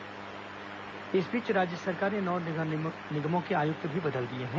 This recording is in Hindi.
तबादला इस बीच राज्य सरकार ने नौ नगर निगमों के आयुक्त भी बदल दिए हैं